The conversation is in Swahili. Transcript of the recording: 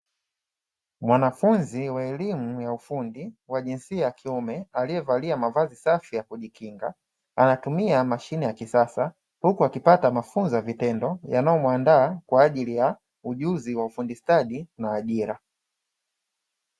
Mwanafunzi wa elimu ya ufundi wa jinsia ya kiume aliyevalia mavazi safi ya kujikinga, anatumia mashine ya kisasa, huku akipata mafunzo ya vitendo yanayomuandaa kwa ajili ya ujuzi wa ufundi stadi na ajira.